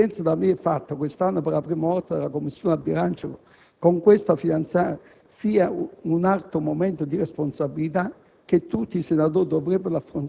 In questo caso, a titolo personale e del Gruppo UDC, esprimo soddisfazione per l'accoglimento di questa proposta all'interno del maxiemendamento. Anche se l'entità